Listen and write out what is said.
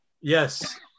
Yes